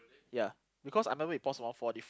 ya because either way we pause for one forty